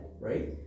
right